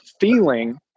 feeling